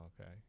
okay